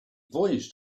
voyaged